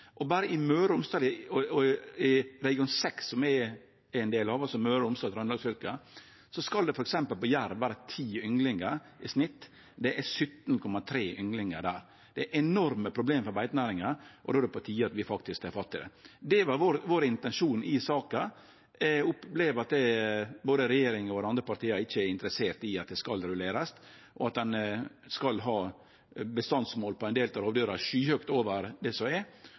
i region 6, altså Møre og Romsdal og Trøndelag, som eg er ein del av, skal det f.eks. for jerv vere 10 ynglingar i snitt. Det er 17,3 ynglingar i det området. Det er enorme problem for beitenæringa, og då er det på tide at vi tek fatt i det. Dette var vår intensjon med denne saka. Eg opplever at både regjeringa og dei andre partia ikkje er interesserte i at det skal rullerast, og at ein vil ha bestandsmål for ein del av rovdyra som er skyhøgt over det som er